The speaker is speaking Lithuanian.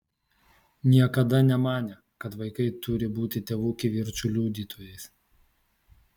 niekada nemanė kad vaikai turi būti tėvų kivirčų liudytojais